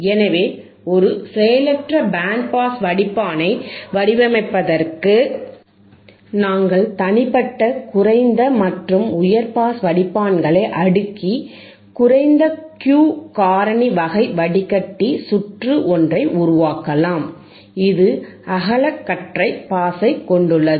எனவே ஒரு செயலற்ற பேண்ட் பாஸ் வடிப்பானை வடிவமைப்பதற்கு நாங்கள் தனிப்பட்ட குறைந்த மற்றும் உயர் பாஸ் வடிப்பான்களை அடுக்கி குறைந்த Q காரணி வகை வடிகட்டி சுற்று ஒன்றை உருவாக்கலாம் இது அகலக்கற்றை பாஸைக் கொண்டுள்ளது